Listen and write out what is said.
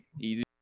easy